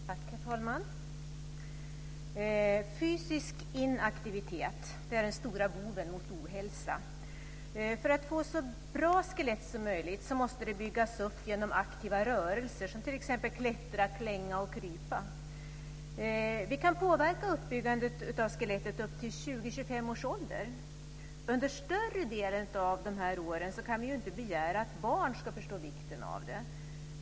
Herr talman! Fysisk inaktivitet är den stora boven när det gäller ohälsa. För att man ska få ett så bra skelett som möjligt måste man bygga upp det genom aktiva rörelser. Man kan t.ex. klättra, klänga och krypa. Vi kan påverka uppbyggandet av skelettet upp till 20-25 års ålder. Vi kan ju inte begära att barn, under större delen av den här tiden, ska förstå vikten av detta.